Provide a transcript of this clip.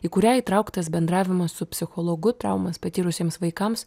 į kurią įtrauktas bendravimas su psichologu traumas patyrusiems vaikams